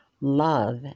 love